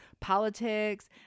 politics